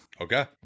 Okay